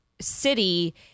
City